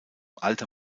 alter